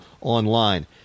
online